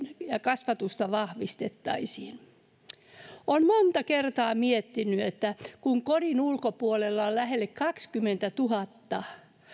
ja kasvatukseen vahvistettaisiin olen monta kertaa miettinyt että kun kodin ulkopuolelle sijoitettuna on lähelle kaksikymmentätuhatta